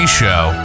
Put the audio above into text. show